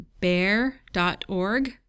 bear.org